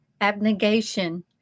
abnegation